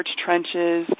trenches